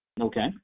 Okay